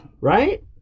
Right